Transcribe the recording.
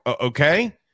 okay